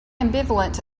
ambivalent